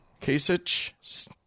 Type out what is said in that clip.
Kasich